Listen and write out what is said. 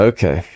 Okay